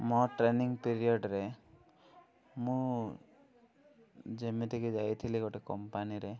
ମୋ ଟ୍ରେନିଂ ପିରିଅଡ଼ରେ ମୁଁ ଯେମିତିକି ଯାଇଥିଲି ଗୋଟେ କମ୍ପାନୀରେ